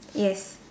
yes